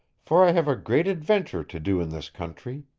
for i have a great adventure to do in this country.